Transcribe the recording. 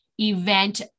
event